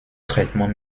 traitement